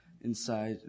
inside